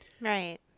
Right